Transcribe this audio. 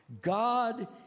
God